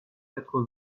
quatre